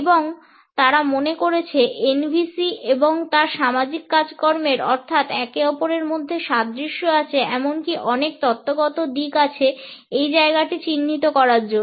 এবং তারা মনে করেছে NVC এবং তার সামাজিক কাজকর্মের অর্থাৎ একে অপরের মধ্যে সাদৃশ্য আছে এমনকি অনেক তত্ত্বগত দিক আছে এই জায়গাটিকে চিহ্নিত করার জন্য